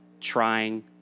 trying